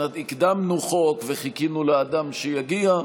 שהקדמנו חוק וחיכינו לאדם שיגיע,